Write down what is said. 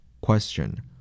Question